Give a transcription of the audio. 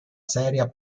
serie